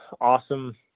awesome